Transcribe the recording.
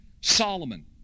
Solomon